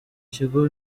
kigo